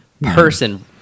person